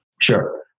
Sure